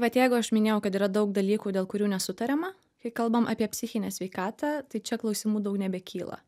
bet jeigu aš minėjau kad yra daug dalykų dėl kurių nesutariama kai kalbam apie psichinę sveikatą tai čia klausimų daugiau nebekyla